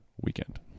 weekend